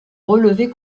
relevé